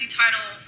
title